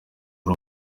ari